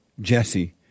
jesse